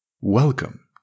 Welcome